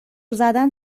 زدن